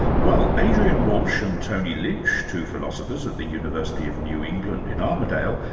well adrian walsh and tony lynch, two philosophers at the university of new england in armidale,